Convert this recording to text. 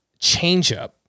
changeup